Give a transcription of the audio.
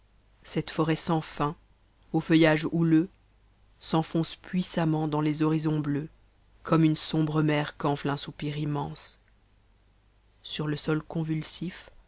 cette forêt sans no aux ièaiuages houleux s'enfonce puissamment dans les horizons bleus comme une sombre mer qu'ence an soupir immense sar le soï convnïsif